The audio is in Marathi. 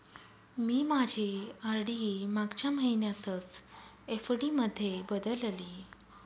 मी माझी आर.डी मागच्या महिन्यातच एफ.डी मध्ये बदलली